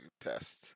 test